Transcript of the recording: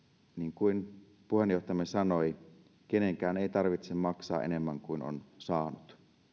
kuin puheenjohtajamme sanoi että kenenkään ei tarvitse maksaa enemmän kuin on saanut